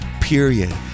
period